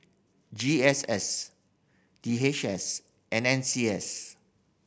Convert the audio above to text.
G S S D H S and N C S